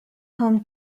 home